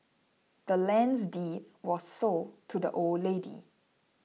the land's deed was sold to the old lady